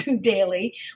daily